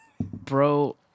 Bro